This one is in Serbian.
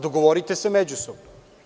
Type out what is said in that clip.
Dogovorite se međusobno.